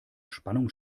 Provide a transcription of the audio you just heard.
spannung